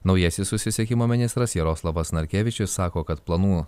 naujasis susisiekimo ministras jaroslavas narkevičius sako kad planų